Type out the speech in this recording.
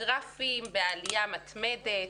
הגרפים בעלייה מתמדת,